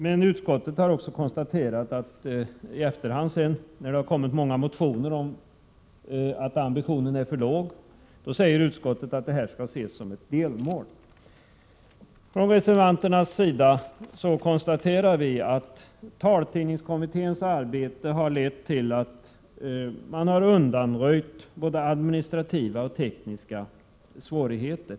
Men utskottet har i efterhand, när det har kommit många motioner om att ambitionen är för låg, konstaterat att den utbyggnad som föreslås skall uppfattas som ett delmål. Vi reservanter konstaterar att taltidningskommitténs arbete har lett till att man har undanröjt både administrativa och tekniska svårigheter.